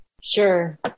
Sure